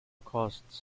costs